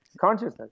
consciousness